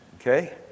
Okay